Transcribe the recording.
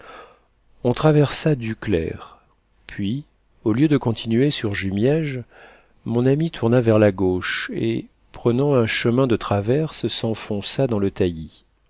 on traversa duclair puis au lieu de continuer sur jumièges mon ami tourna vers la gauche et prenant un chemin de traverse s'enfonça dans le